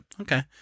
okay